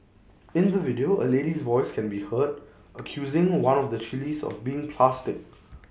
in the video A lady's voice can be heard accusing one of the chillies of being plastic